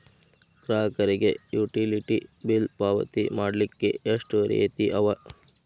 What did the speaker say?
ಗ್ರಾಹಕರಿಗೆ utility bill ಪಾವತಿ ಮಾಡ್ಲಿಕ್ಕೆ ಎಷ್ಟ ರೇತಿ ಅವ?